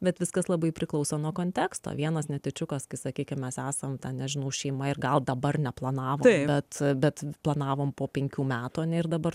bet viskas labai priklauso nuo konteksto vienas netyčiukas sakykim mes esam ten nežinau šeima ir gal dabar neplanavom bet bet planavom po penkių metų ane ir dabar